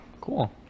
cool